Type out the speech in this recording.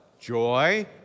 joy